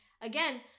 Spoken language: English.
again